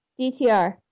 DTR